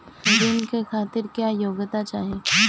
ऋण के खातिर क्या योग्यता चाहीं?